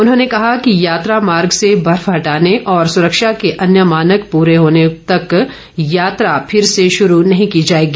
उन्होंने कहा कि यात्रा मार्ग से बर्फ हटाने और सुरक्षा के अन्य मानक पूरे होने तक यात्रा फिर से शुरू नहीं की जाएगी